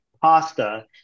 pasta